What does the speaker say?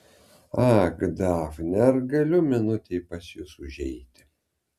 ak dafne ar galiu minutei pas jus užeiti